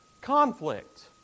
conflict